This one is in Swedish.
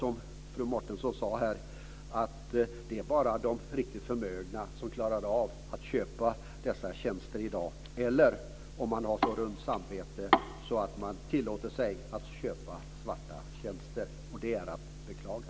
Som fru Mårtensson säger är det bara de riktigt förmögna som klarar av att köpa dessa tjänster i dag, eller de som har så runt samvete att de tillåter sig att köpa svarta tjänster. Det är att beklaga.